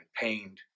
pained